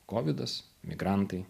kovidas migrantai